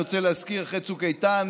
אני רוצה להזכיר: אחרי צוק איתן,